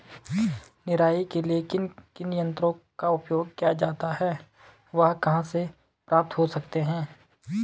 निराई के लिए किन किन यंत्रों का उपयोग किया जाता है वह कहाँ प्राप्त हो सकते हैं?